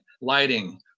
Lighting